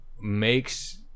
makes